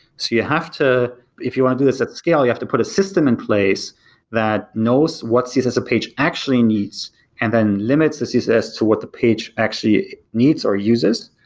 so you have to if you want to do this at scale, you have to put a system in place that knows what css page actually needs and then limits the css to what the page actually needs or uses,